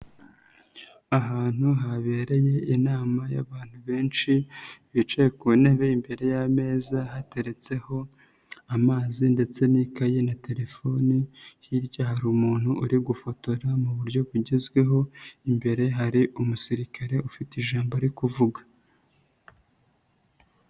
Ahantu habereye inama y'abantu benshi bicaye ku ntebe imbere y'ameza hateretseho amazi ndetse n'ikayi na telefoni, hirya hari umuntu uri gufotora mu buryo bugezweho, imbere hari umusirikare ufite ijambo ari kuvuga.